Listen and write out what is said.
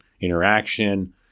interaction